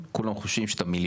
נכון.